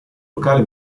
locale